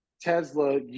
Tesla